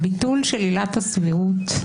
הביטול של עילת הסבירות,